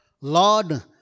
Lord